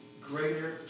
greater